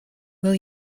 will